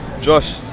Josh